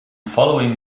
following